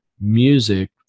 music